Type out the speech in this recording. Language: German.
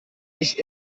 nicht